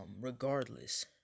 regardless